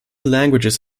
languages